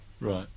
Right